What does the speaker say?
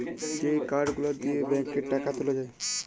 যেই কার্ড গুলা দিয়ে ব্যাংকে টাকা তুলে যায়